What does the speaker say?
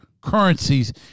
currencies